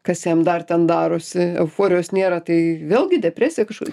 kas jam dar ten darosi euforijos nėra tai vėlgi depresija kažko